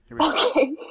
Okay